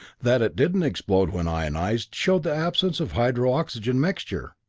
that it didn't explode when ionized, showed the absence of hydro-oxygen mixture.